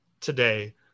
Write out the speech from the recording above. today